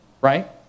right